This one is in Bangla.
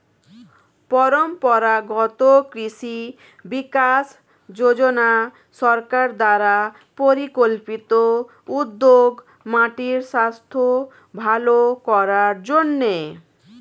পরম্পরাগত কৃষি বিকাশ যোজনা সরকার দ্বারা পরিকল্পিত উদ্যোগ মাটির স্বাস্থ্য ভাল করার জন্যে